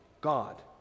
God